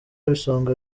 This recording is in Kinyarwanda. ibisonga